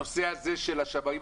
הנושא הזה של השמאים,